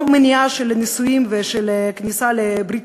לא מניעה של נישואים ושל כניסה לברית